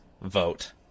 vote